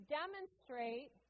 demonstrate